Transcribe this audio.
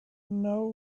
know